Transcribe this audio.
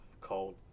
called